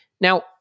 Now